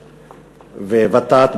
וות"ת,